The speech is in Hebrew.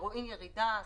ורואים ירידה.